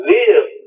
live